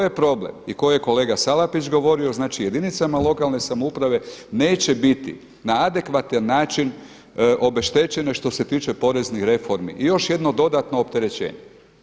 To je problem i koji je kolega Salapić govorio, znači jedinicama lokalne samouprave neće biti na adekvatan način obeštećene što se tiče poreznih reformi i još jedno dodatno opterećenje.